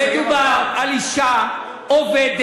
אדוני, אדוני היושב-ראש, אתה דיברת מספיק.